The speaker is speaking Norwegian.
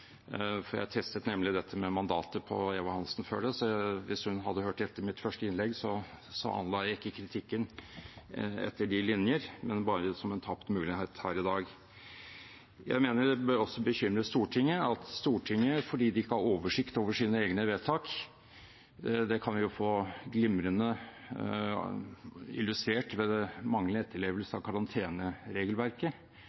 Jeg testet nemlig dette med mandatet på Eva Kristin Hansen før det, så hvis hun hadde hørt etter i mitt første innlegg, anla jeg ikke kritikken etter de linjer, men bare som en tapt mulighet her i dag. Jeg mener det også bør bekymre Stortinget at Stortinget ikke har oversikt over sine egne vedtak. Det har vi fått glimrende illustrert ved den manglende